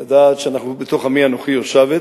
לדעת שבתוך עמי אנוכי יושבת,